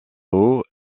haut